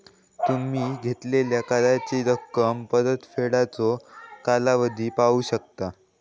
तुम्ही घेतलेला कर्जाची रक्कम, परतफेडीचो कालावधी पाहू शकता